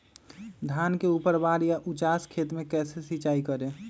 धान के ऊपरवार या उचास खेत मे कैसे सिंचाई करें?